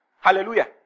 Hallelujah